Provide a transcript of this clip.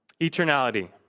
eternality